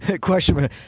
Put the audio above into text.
Question